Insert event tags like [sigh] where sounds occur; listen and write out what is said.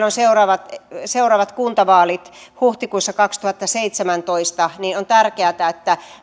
[unintelligible] on seuraavat seuraavat kuntavaalit huhtikuussa kaksituhattaseitsemäntoista joten on tärkeätä että